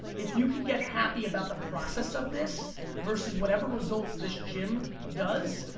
if you can get happy about the process of this versus whatever results this gym does,